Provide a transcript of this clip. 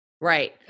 Right